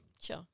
Sure